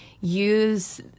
use